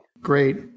Great